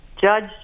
Judge